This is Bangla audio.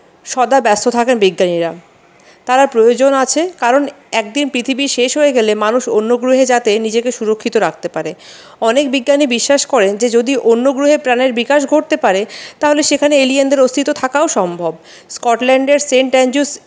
সদা ব্যস্ত থাকেন বিজ্ঞানীরা তারা প্রয়োজন আছে কারণ একদিন পৃথিবী শেষ হয়ে গেলে মানুষ অন্য গ্রহে যাতে নিজেকে সুরক্ষিত রাখতে পারে অনেক বিজ্ঞানী বিশ্বাস করেন যে যদি অন্য গ্রহে প্রাণের বিকাশ ঘটতে পারে তাহলে সেখানে এলিয়েনদের অস্তিত্ব থাকাও সম্ভব স্কটল্যান্ডের সেন্ট অ্যানড্রুজ